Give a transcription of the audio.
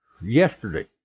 yesterday